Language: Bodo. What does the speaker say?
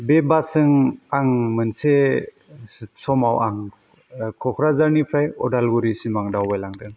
बे बासजों आं मोनसे समाव आं क'क्राझारनिफ्राय उदालगुरिसिम आं दावबायलांदों